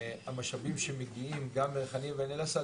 המשאבים שמגיעים גם בריחאניה וגם בעין אל-אסד,